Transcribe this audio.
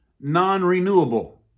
non-renewable